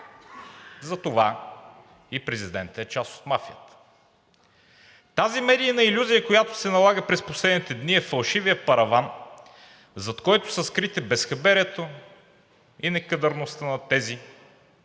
затова и президентът е част от мафията. Тази медийна илюзия, която се налага през последните дни, е фалшивият параван, зад който са скрити безхаберието и некадърността на тези,